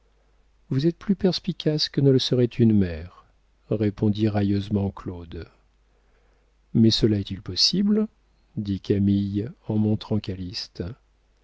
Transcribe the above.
vous êtes plus perspicace que ne le serait une mère répondit railleusement claude mais cela est-il possible dit camille en montrant